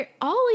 Ollie